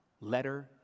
Letter